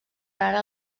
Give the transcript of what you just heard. rara